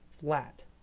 flat